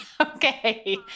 Okay